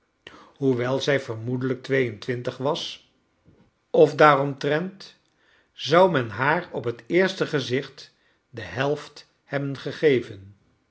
hoewel zij vermoedelijk tweeentwintig was of daaromtrent zou men haar op het eerste gezicht de helft hebben gegeven